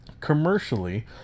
commercially